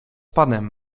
panem